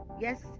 Yes